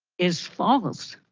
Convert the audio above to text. is false.